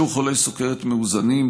שיעור חולי סוכרת מאוזנים,